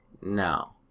No